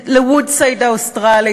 "וודסייד" האוסטרלית,